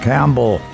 Campbell